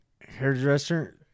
hairdresser